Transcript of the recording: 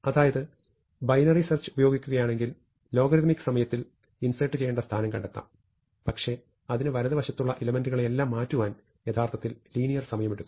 അതായത്ന binary search ഉപയോഗിക്കുകയാണെങ്കിൽ logarithmic സമയത്തിൽ insert ചെയ്യേണ്ട സ്ഥാനം കണ്ടെത്താം പക്ഷെ അതിനു വലതുവശത്തുള്ള എലെമെന്റുകളെയെല്ലാം മാറ്റുവാൻ യഥാർത്ഥത്തിൽ ലീനിയർ സമയം എടുക്കും